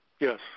Yes